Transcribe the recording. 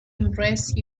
embrace